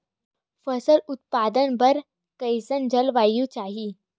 फसल उत्पादन बर कैसन जलवायु चाही?